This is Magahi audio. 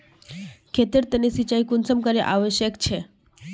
खेतेर तने सिंचाई कुंसम करे आवश्यक छै?